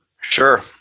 Sure